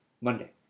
Monday